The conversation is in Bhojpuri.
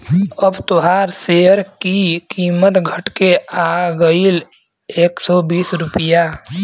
अब तोहार सेअर की कीमत घट के आ गएल एक सौ बीस रुपइया